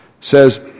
says